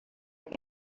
like